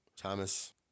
thomas